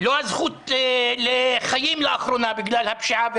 לא הזכות לחיים לאחרונה בגלל הפשיעה,